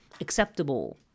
acceptable